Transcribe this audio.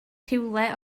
rhywle